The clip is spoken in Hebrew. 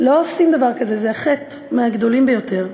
לא עושים דבר כזה, זה חטא מהגדולים ביותר.